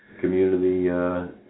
community